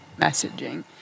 messaging